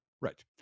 Right